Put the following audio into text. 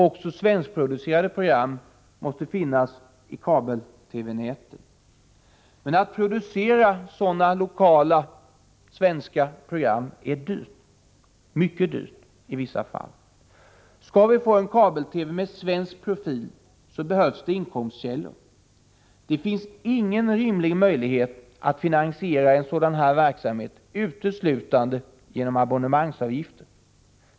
Också svenskproducerade program måste finnas i kabel-TV-näten. Men att producera sådana lokala svenska program är dyrt — mycket dyrt i vissa fall. Skall vi få en kabel-TV med svensk profil behövs det inkomstkällor. Det finns ingen rimlig möjlighet att finansiera en sådan här verksamhet uteslutande genom abonnemangsavgifter.